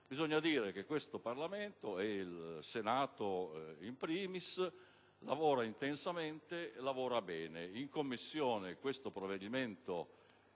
Bisogna dire che il nostro Parlamento, ed il Senato *in primis*, lavora intensamente, e bene. In Commissione questo provvedimento